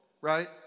right